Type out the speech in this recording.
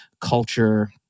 culture